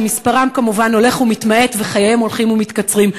שמספרם הולך ומתמעט וחייהם הולכים ומסתיימים.